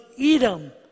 Edom